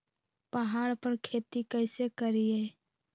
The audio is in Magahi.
पहाड़ पर खेती कैसे करीये?